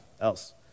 Else